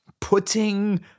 putting